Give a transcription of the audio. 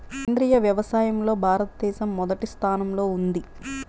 సేంద్రీయ వ్యవసాయంలో భారతదేశం మొదటి స్థానంలో ఉంది